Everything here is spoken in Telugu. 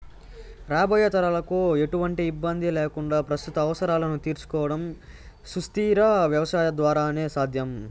రాబోయే తరాలకు ఎటువంటి ఇబ్బంది లేకుండా ప్రస్తుత అవసరాలను తీర్చుకోవడం సుస్థిర వ్యవసాయం ద్వారానే సాధ్యం